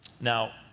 Now